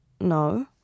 No